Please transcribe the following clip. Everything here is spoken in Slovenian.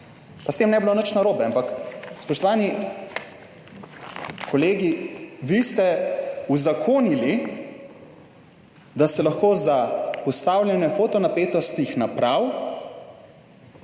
Pa s tem ne bi bilo nič narobe, ampak spoštovani kolegi, vi ste uzakonili, da se lahko za ustavljanje foto napetostnih naprav